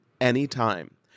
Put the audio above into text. anytime